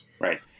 right